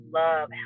love